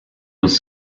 was